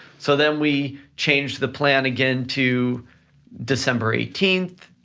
so then we changed the plan again to december eighteenth,